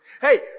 Hey